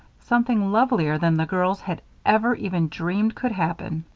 something lovelier than the girls had ever even dreamed could happen.